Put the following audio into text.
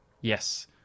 Yes